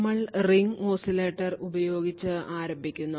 നമ്മൾ ring oscillator ഉപയോഗിച്ച് ആരംഭിക്കുന്നു